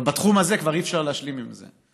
אבל בתחום הזה כבר אי-אפשר להשלים עם זה.